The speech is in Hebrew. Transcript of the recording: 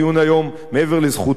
מעבר לזכותנו המוסרית,